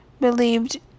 believed